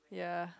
ya